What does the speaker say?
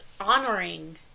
honoring